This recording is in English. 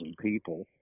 people